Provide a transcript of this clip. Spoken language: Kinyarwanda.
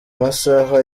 masaha